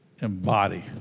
embody